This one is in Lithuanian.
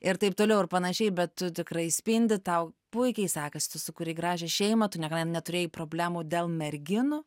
ir taip toliau ir panašiai bet tikrai spindi tau puikiai sekas tu sukūrei gražią šeimą tu niekada neturėjai problemų dėl merginų